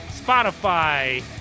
Spotify